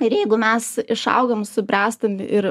ir jeigu mes išaugam subręstanm ir